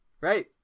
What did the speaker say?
Right